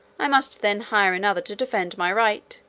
i must then hire another to defend my right,